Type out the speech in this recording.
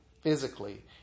physically